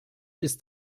ist